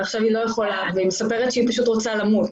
היא מספרת שהיא פשוט רוצה למות.